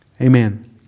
Amen